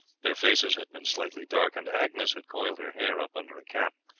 their faces had been slightly darkened agnes had coiled her hair up under a cap,